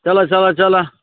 चलऽ चलऽ चलऽ